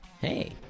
Hey